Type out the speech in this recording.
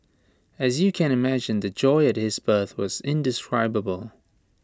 as you can imagine the joy at his birth was indescribable